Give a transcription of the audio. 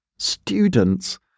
Students